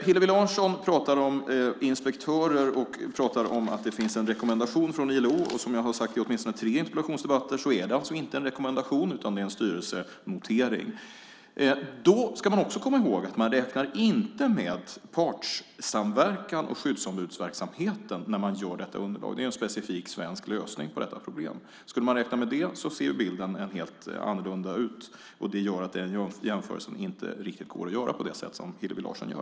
Hillevi Larsson pratar om inspektörer och om att det finns en rekommendation från ILO. Som jag har sagt i åtminstone tre interpellationsdebatter är det inte en rekommendation utan en styrelsenotering. Man ska också komma ihåg att man inte räknar med partssamverkan och skyddsombudsverksamheten när man gör detta underlag. Det är en specifik svensk lösning på detta problem. Om man skulle räkna med det ser bilden helt annorlunda ut. Därför går det inte att göra jämförelsen på de sätt som Hillevi Larsson gör.